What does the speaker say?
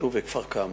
אל-בטוף וכפר-כמא.